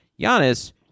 Giannis